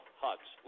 huts